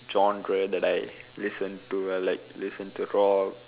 genre that I listen to I like listen to rock